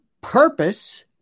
purpose